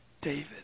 David